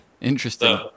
Interesting